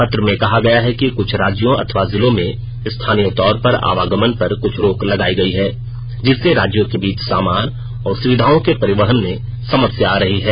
पत्र में कहा गया है कि कृष्ठ राज्यों अथवा जिलों में स्थानीय तौर पर आवागमन पर कुछ रोक लगाई गई है जिससे राज्यों के बीच सामान और सुविधाओं के परिवहन में समस्या आ रही है